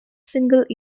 single